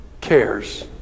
cares